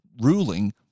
ruling